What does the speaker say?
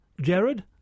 Jared